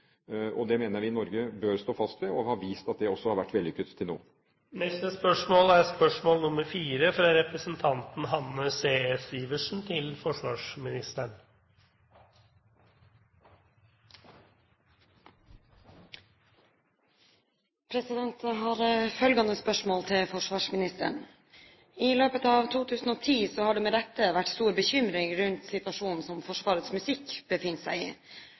Det mener jeg vi i Norge bør stå fast ved, og det har også vist seg å være vellykket til nå. Jeg har følgende spørsmål til forsvarsministeren: «I løpet av 2010 har det med rette vært stor bekymring rundt situasjonen Forsvarets musikk befinner seg i.